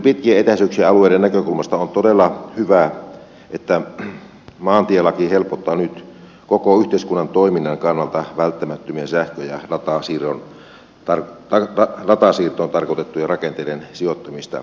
juuri pitkien etäisyyksien alueiden näkökulmasta on todella hyvä että maantielaki helpottaa nyt koko yhteiskunnan toiminnan kannalta välttämättömien sähkö ja datasiirtoon tarkoitettujen rakenteiden sijoittamista tiealueelle